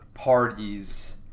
Parties